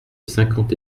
cinquante